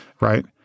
right